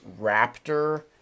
Raptor